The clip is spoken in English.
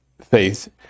faith